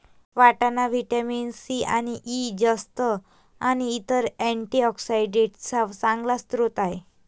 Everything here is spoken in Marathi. वाटाणा व्हिटॅमिन सी आणि ई, जस्त आणि इतर अँटीऑक्सिडेंट्सचा चांगला स्रोत आहे